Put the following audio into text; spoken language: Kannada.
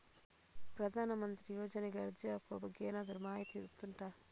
ಪ್ರಧಾನ ಮಂತ್ರಿ ಯೋಜನೆಗೆ ಅರ್ಜಿ ಹಾಕುವ ಬಗ್ಗೆ ಏನಾದರೂ ಮಾಹಿತಿ ಗೊತ್ತುಂಟ?